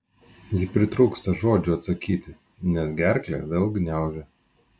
ji pritrūksta žodžių atsakyti nes gerklę vėl gniaužia